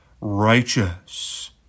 righteous